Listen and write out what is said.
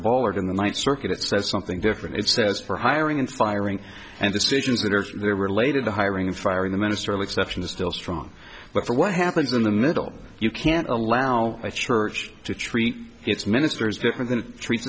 in the ninth circuit it says something different it says for hiring and firing and decisions that are related to hiring firing the minister of exception is still strong but for what happens in the middle you can't allow a church to treat its ministers different than treats